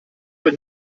für